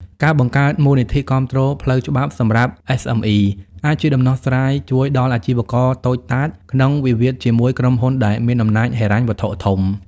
ការបង្កើត "មូលនិធិគាំទ្រផ្លូវច្បាប់សម្រាប់ SME" អាចជាដំណោះស្រាយជួយដល់អាជីវករតូចតាចក្នុងវិវាទជាមួយក្រុមហ៊ុនដែលមានអំណាចហិរញ្ញវត្ថុធំ។